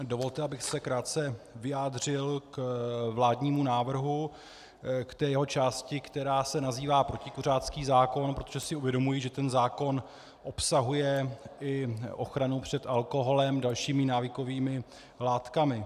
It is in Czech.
Dovolte, abych se krátce vyjádřit k vládnímu návrhu, k té jeho části, která se nazývá protikuřácký zákon, protože si uvědomuji, že zákon obsahuje i ochranu před alkoholem a dalšími návykovými látkami.